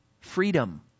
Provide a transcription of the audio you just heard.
freedom